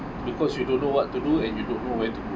because you don't know what to do and you don't know where to go